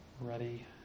Ready